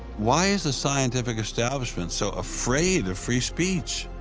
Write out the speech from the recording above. why is the scientific establishment so afraid of free speech?